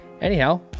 Anyhow